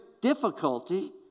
difficulty